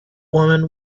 woman